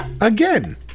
Again